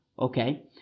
Okay